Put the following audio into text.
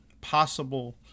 possible